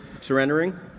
surrendering